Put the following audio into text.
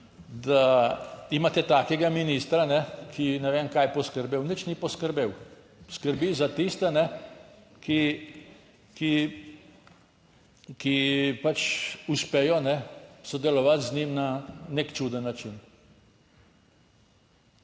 da imate takega ministra, ki je, ne vem kaj je poskrbel, nič ni poskrbel. Skrbi za tiste, ki, ki pač uspejo sodelovati z njim na nek čuden način.